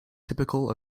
typical